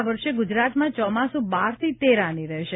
આ વર્ષે ગુજરાતમાં ચોમાસુ બારથી તેર આની રહેશે